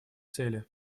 цели